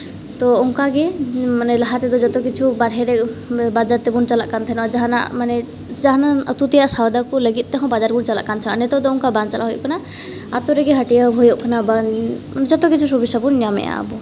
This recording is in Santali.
ᱛᱚ ᱚᱱᱠᱟ ᱜᱮ ᱞᱟᱦᱟ ᱛᱮᱫᱚ ᱡᱚᱛᱚ ᱠᱤᱪᱷᱩ ᱵᱟᱦᱨᱮ ᱵᱟᱡᱟᱨ ᱛᱮᱵᱚᱱ ᱪᱟᱞᱟᱜ ᱠᱟᱱ ᱛᱟᱦᱮᱱᱟ ᱡᱟᱦᱟᱱᱟᱜ ᱢᱟᱱᱮ ᱡᱟᱦᱟᱱᱟᱜ ᱩᱛᱩ ᱛᱮᱭᱟᱜ ᱥᱚᱭᱫᱟ ᱠᱚ ᱞᱟᱹᱜᱤᱫ ᱛᱮᱦᱚᱸ ᱵᱟᱡᱟᱨ ᱵᱚᱱ ᱪᱟᱞᱟᱜ ᱠᱟᱱ ᱛᱟᱦᱮᱸᱜ ᱱᱤᱛᱚᱜ ᱫᱚ ᱚᱱᱠᱟ ᱵᱟᱝ ᱪᱟᱞᱟᱜ ᱦᱩᱭᱩᱜ ᱠᱟᱱᱟ ᱟᱛᱳ ᱨᱮᱜᱮ ᱦᱟᱹᱴᱭᱟᱹ ᱦᱩᱭᱩᱜ ᱠᱟᱱᱟ ᱵᱟᱝ ᱡᱚᱛᱚ ᱠᱤᱪᱷᱩ ᱥᱩᱵᱤᱫᱷᱟ ᱵᱚᱱ ᱧᱟᱢᱮᱜᱼᱟ ᱟᱵᱚ